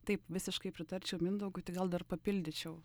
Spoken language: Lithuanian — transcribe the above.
taip visiškai pritarčiau mindaugui tik gal dar papildyčiau